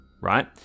right